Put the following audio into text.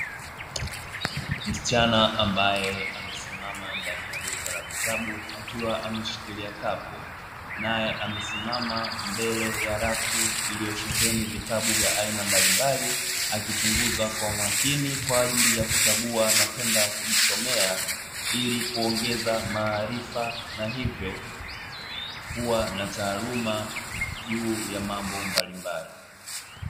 Msichana ambaye amesimama ndani ya duka la vitabu, akiwa ameshikilia kapu; naye amesimama mbele ya rafu iliyosheheni vitabu vya aina mbalimbali, akichunguza kwa umakini kwa ajili ya kuchagua na kwenda kujisomea, ili kuongeza maarifa na hivyo kuwa na taaluma juu ya mambo mbalimbali.